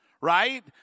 right